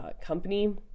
company